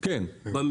אבל זה אובייקטיבי.